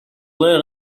learn